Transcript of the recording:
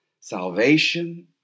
salvation